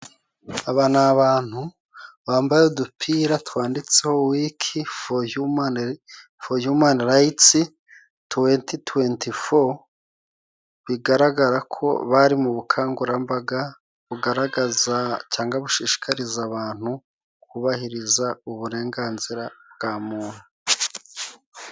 Aba ni abantu bambaye udupira twanditseho wiki fo yumani rayiti tuwenti tuwenti fo, bigaragara ko bari mu bukangurambaga bugaragaza cyangwa gushishikariza abantu kubahiriza uburenganzira bwa muntu.